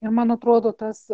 ir man atrodo tas